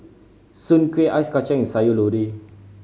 soon kway ice kacang and Sayur Lodeh